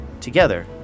Together